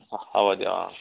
হ'ব দিয়ক অ